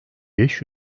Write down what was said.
beş